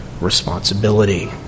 responsibility